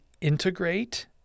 integrate